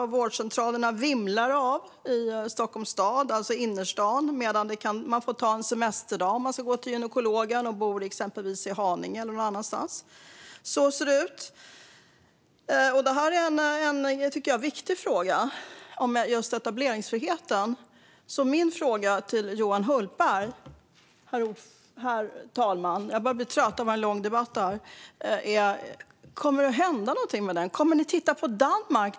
Det vimlar av vårdcentraler i Stockholms stad, alltså i innerstaden, medan man kan behöva ta ut en semesterdag om man ska gå till gynekologen och bor i exempelvis Haninge. Så ser det ut. Jag tycker att just detta med etableringsfriheten är en viktig fråga. Min fråga till Johan Hultberg är: Kommer det att hända något med den? Kommer ni att titta på Danmark?